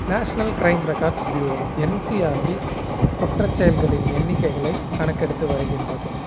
national crime records bureau NCRB குற்ற செயல்களின் எண்ணிக்கைகளை கணக்கெடுத்து வருகின்றது